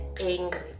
angry